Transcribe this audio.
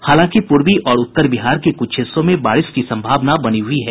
हालांकि पूर्वी और उत्तर बिहार के कुछ हिस्सों में बारिश की सम्भावना बनी हुई है